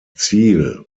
ziel